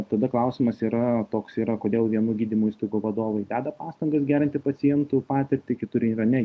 tada klausimas yra toks yra kodėl vienų gydymo įstaigų vadovai deda pastangas gerinti pacientų patirtį kitur yra ne